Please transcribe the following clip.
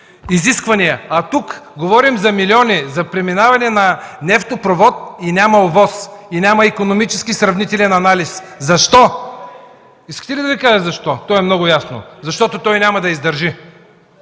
изисквания. А тук говорим за милиони, за преминаване на нефтопровод. И няма ОВОС! И няма икономически и сравнителен анализ! Защо? Искате ли да Ви кажа защо? То е много ясно – защото той няма да издържи.